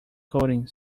coding